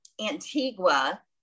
Antigua